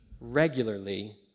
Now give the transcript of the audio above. regularly